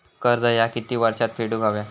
कर्ज ह्या किती वर्षात फेडून हव्या?